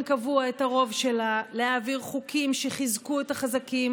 קבוע את הרוב שלה להעביר חוקים שחיזקו את החזקים